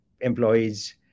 employees